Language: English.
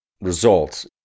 results